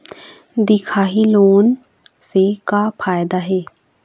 दिखाही लोन से का फायदा हे?